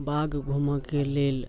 बाग घूमयके लेल